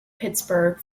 pittsburgh